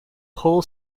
whole